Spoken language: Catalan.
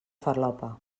farlopa